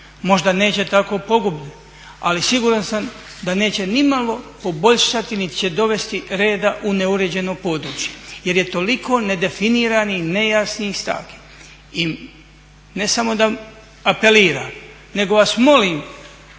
Možda neće tako pogubne, ali siguran sam da neće nimalo poboljšati niti će dovesti reda u neuređeno područje jer je toliko nedefiniranih, nejasnih stavki. I ne samo da apeliram nego vas molim